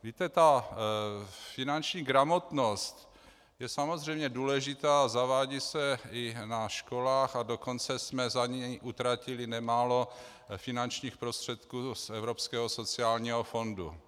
Víte, finanční gramotnost je samozřejmě důležitá a zavádí se i na školách, a dokonce jsme za ni utratili nemálo finančních prostředků z Evropského sociálního fondu.